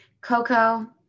Coco